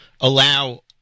allow